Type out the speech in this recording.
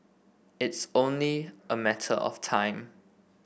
it's only a matter of time